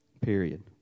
Period